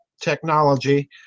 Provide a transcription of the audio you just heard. technology